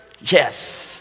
Yes